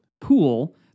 pool